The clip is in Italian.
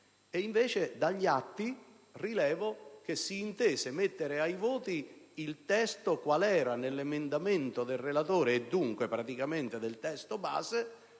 invece, rilevo che si intese mettere ai voti il testo quale era nell'emendamento del relatore, e dunque praticamente il testo base.